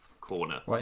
corner